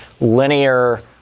linear